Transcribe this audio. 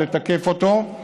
ולתקף אותו,